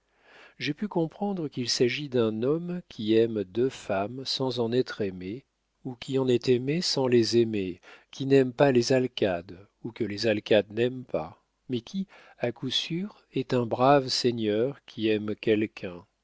j'ai pu comprendre qu'il s'agit d'un homme qui aime deux femmes sans en être aimé ou qui en est aimé sans les aimer qui n'aime pas les alcades ou que les alcades n'aiment pas mais qui à coup sûr est un brave seigneur qui aime quelqu'un